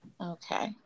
Okay